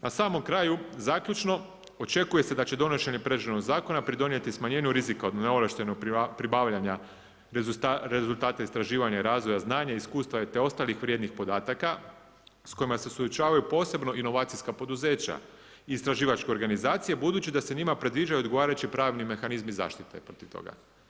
Na samom kraju, zaključno, očekuje se da će donošenje predloženog zakona pridonijeti smanjenju rizika od neovlaštenog pribavljanja rezultata istraživanja razvoja, znanja, iskustva te ostalih vrijednih podataka s kojima se suočavaju posebno inovacijska poduzeća, istraživačke organizacije budući da se njima predviđaju odgovarajući pravni mehanizmi zaštite protiv toga.